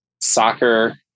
soccer